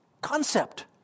concept